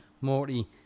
Morty